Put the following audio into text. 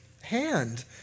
hand